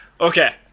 Okay